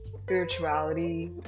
spirituality